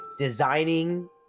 designing